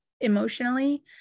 emotionally